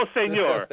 señor